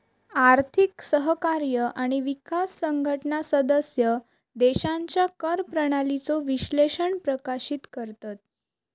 आर्थिक सहकार्य आणि विकास संघटना सदस्य देशांच्या कर प्रणालीचो विश्लेषण प्रकाशित करतत